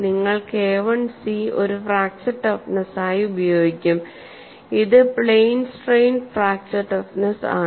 നിങ്ങൾ KI C ഒരു fracture toughness ആയി ഉപയോഗിക്കും ഇത് പ്ലെയിൻ സ്ട്രെയിൻ ഫ്രാക്ച്ചർ ടഫ്നെസ്സ് ആണ്